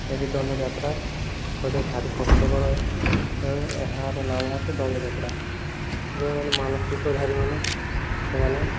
ଏହି ଦଣ୍ଡଯାତ୍ରା କରି ଭାରି କଷ୍ଟକର ତେଣୁ ଏହାର ନାମ ହେଉଛି ଦଣ୍ଡଯାତ୍ରା ଯେଉଁମାନେ ମାନସିକ ଧାରୀମାନେ ସେମାନେ